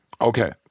Okay